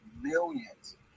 millions